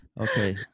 Okay